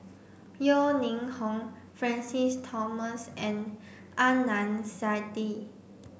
Yeo Ning Hong Francis Thomas and Adnan Saidi